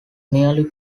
nearly